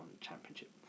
Championship